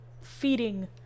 feeding